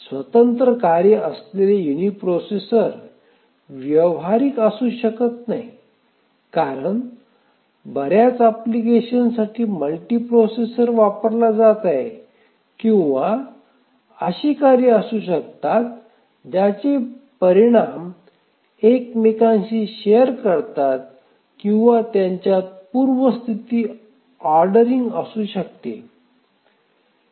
स्वतंत्र कार्ये असलेले युनिप्रोसेसर व्यावहारिक असू शकत नाही कारण बर्याच एप्लिकेशन साठी मल्टीप्रोसेसर वापरला जात आहे किंवा अशी कार्ये असू शकतात ज्याचे परिणाम एकमेकांशी शेअर करतात किंवा त्त्यांच्यात पूर्वस्थिती ऑर्डरिंग असू शकते